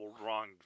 Wrong